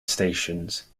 stations